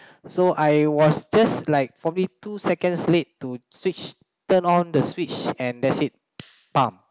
so I was just like probably two seconds late to switch to turn on the switch and that's it